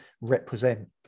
represent